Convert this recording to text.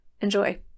Enjoy